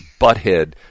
butthead